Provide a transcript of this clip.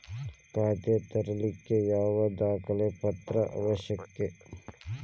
ಖಾತಾ ತೆರಿಲಿಕ್ಕೆ ಯಾವ ದಾಖಲೆ ಪತ್ರ ಅವಶ್ಯಕ?